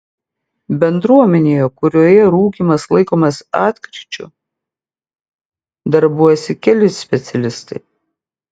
bendruomenėje kurioje rūkymas laikomas atkryčiu darbuojasi keli specialistai